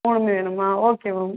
ஒன்று வேணுமா okay ma'am